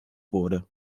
wurde